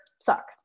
suck